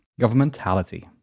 governmentality